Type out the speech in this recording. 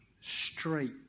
straight